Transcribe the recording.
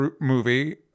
movie